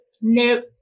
Nope